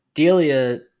Delia